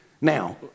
Now